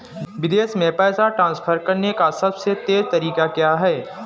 विदेश में पैसा ट्रांसफर करने का सबसे तेज़ तरीका क्या है?